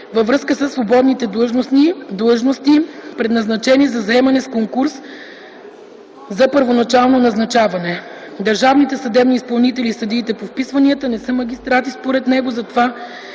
във връзка със свободните длъжности, предназначени за заемане с конкурс за първоначално назначаване; държавните съдебни изпълнители и съдиите по вписванията не са магистрати, според него, затова